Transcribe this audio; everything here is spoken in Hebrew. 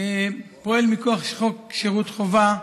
פועל מכוח חוק שירות חובה,